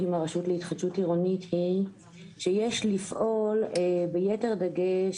עם הרשות להתחדשות עירונית היא שיש לפעול ביתר דגש